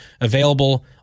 available